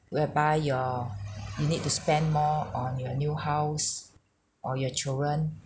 whereby your you need to spend more on your new house or your children